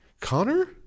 Connor